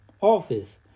office